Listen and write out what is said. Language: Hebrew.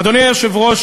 אדוני היושב-ראש,